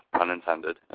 unintended